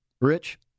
Rich